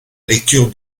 lecture